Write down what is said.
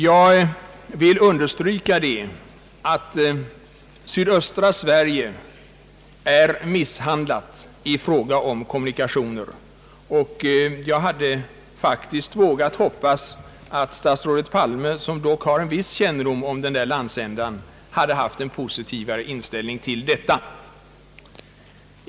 Jag vill understryka att sydöstra Sverige är misshandlat i fråga om kommunikationer och hade faktiskt vågat hopgas att statsrådet Palme, som dock har en viss kännedom om denna landsända, skulle visat en mera positiv inställning.